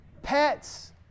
pets